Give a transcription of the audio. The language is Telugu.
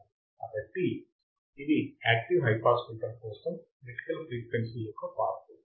కాబట్టి ఇది యాక్టివ్ హై పాస్ ఫిల్టర్ కోసం క్రిటికల్ ఫ్రీక్వెన్సీ యొక్క ఫార్ములా